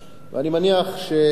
אני מניח שהמשא-ומתן,